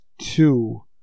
two